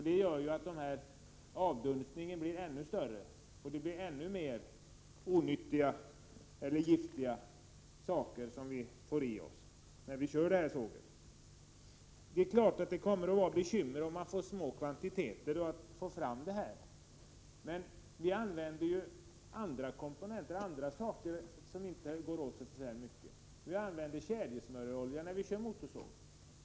Det gör att avdunstningen blir ännu större, och man får i sig ännu mer giftiga avgaser när man använder motorsågen. Det är klart att det kommer att bli bekymmer med att få fram så små kvantiteter av det nya bränslet. Men det finns också andra komponenter som inte går åt i så stora mängder. Vi använder t.ex. kedjesmörjolja när vi kör motorsåg.